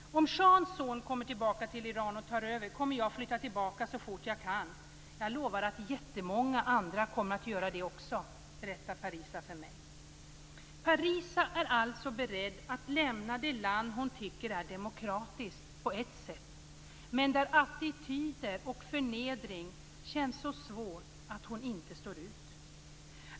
Om schahens son kommer tillbaka till Iran och tar över kommer jag att flytta tillbaka så fort jag kan. Jag lovar att jättemånga andra kommer att göra det också. Parisa är alltså beredd att lämna det land som hon på ett sätt tycker är demokratiskt, men där attityder och förnedring känns så svåra att hon inte står ut.